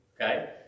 Okay